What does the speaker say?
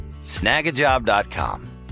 snagajob.com